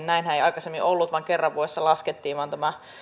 näinhän ei aikaisemmin ollut vaan vain kerran vuodessa laskettiin tämä